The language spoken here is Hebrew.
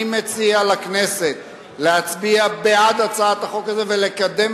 אני מציע לכנסת להצביע בעד הצעת החוק הזאת ולקדם